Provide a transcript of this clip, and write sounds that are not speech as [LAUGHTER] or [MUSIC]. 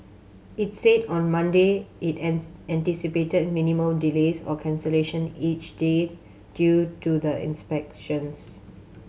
its said on Monday it [UNINTELLIGIBLE] anticipated minimal delays or cancellation each day due to the inspections